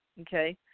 Okay